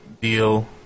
deal